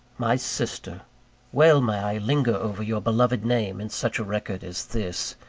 my sister well may i linger over your beloved name in such a record as this.